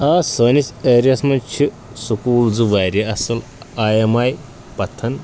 آ سٲنِس ایریاہَس منٛز چھِ سکوٗل زٕ واریاہ اَصٕل آی اٮ۪م آی پَتھن